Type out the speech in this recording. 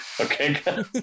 Okay